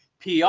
PR